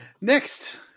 Next